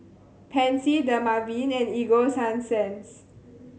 Pansy Dermaveen and Ego Sunsense